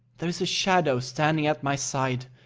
there is a shadow standing at my side,